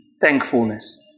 thankfulness